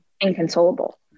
inconsolable